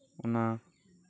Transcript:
ᱚᱱᱟ